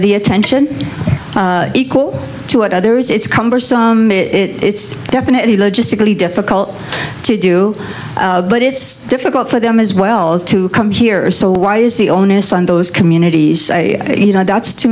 the attention equal to others it's cumbersome it's definitely logistically difficult to do but it's difficult for them as well as to come here so why is the onus on those communities you know that's to